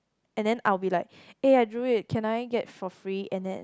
and then I'll be like eh I drew it can I get for free and then